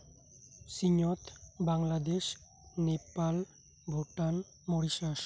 ᱥᱤᱧᱚᱛ ᱵᱟᱝᱞᱟᱫᱮᱥ ᱱᱮᱯᱟᱞ ᱵᱷᱩᱴᱟᱱ ᱢᱳᱨᱤᱥᱟᱥ